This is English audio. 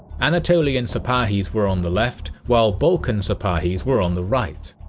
anatolian sipahis were on the left while balkan sipahis were on the right.